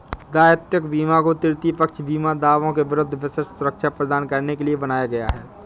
दायित्व बीमा को तृतीय पक्ष बीमा दावों के विरुद्ध विशिष्ट सुरक्षा प्रदान करने के लिए बनाया गया है